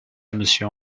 monsieur